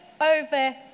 over